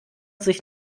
sich